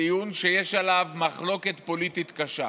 דיון שיש עליו מחלוקת פוליטית קשה.